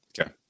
Okay